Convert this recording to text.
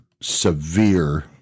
severe